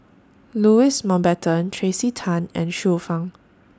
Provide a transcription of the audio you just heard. Louis Mountbatten Tracey Tan and Xiu Fang